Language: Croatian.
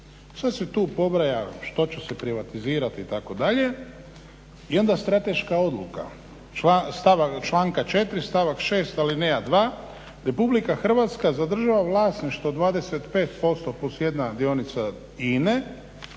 Sad se tu pobraja što će se privatizirati itd., i onda strateška odluka članka 4. stavak 6. alineja 2. Republika Hrvatska zadržava vlasništvo 25% plus 1 dionica INA-e